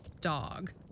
dog